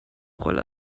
rolle